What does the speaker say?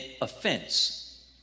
offense